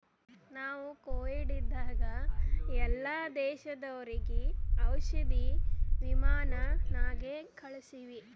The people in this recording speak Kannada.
ನಾವು ಕೋವಿಡ್ ಇದ್ದಾಗ ಎಲ್ಲಾ ದೇಶದವರಿಗ್ ಔಷಧಿ ವಿಮಾನ್ ನಾಗೆ ಕಳ್ಸಿವಿ